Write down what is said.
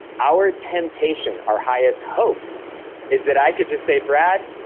our temptation, our highest hope is that i could just say, brad,